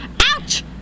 ouch